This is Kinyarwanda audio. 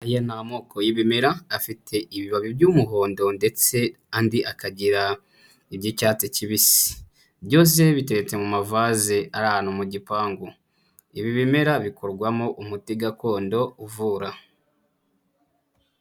Aya ni amoko yibimera afite ibibabi by'umuhondo ndetse andi akagira iby'icyatsi kibisi, byose biteretse mu ma vase ari ahantu mu gipangu, ibi bimera bikorwamo umuti gakondo uvura.